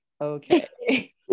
okay